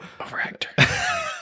Overactor